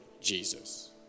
Jesus